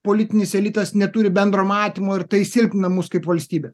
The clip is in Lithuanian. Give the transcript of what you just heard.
politinis elitas neturi bendro matymo ir tai silpnina mus kaip valstybę